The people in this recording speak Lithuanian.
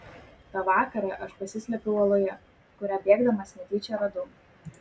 tą vakarą aš pasislėpiau uoloje kurią bėgdamas netyčia radau